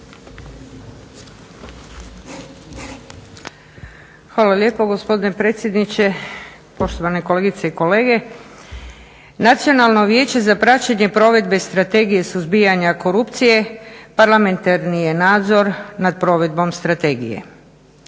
Hvala lijepo gospodine predsjedniče, poštovane kolegice i kolege. Nacionalno vijeće za praćenje provedbe Strategije suzbijanja korupcije parlamentarni je nadzor nad provedbom strategije.